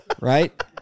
Right